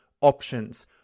options